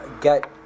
Get